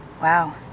Wow